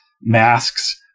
masks